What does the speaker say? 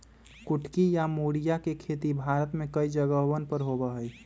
कुटकी या मोरिया के खेती भारत में कई जगहवन पर होबा हई